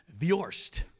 Viorst